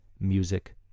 music